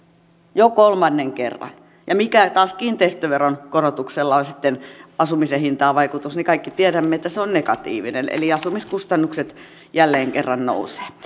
jo kolmannen kerran ja mikä vaikutus kiinteistöveron korotuksella taas on asumisen hintaan niin kaikki tiedämme että se on negatiivinen eli asumiskustannukset jälleen kerran nousevat